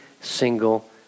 single